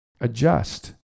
adjust